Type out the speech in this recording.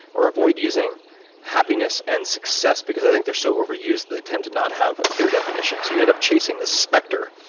or avoid using happiness and success because i think they're so over used, they tend to not have a clear definition, so you end up chasing the specter,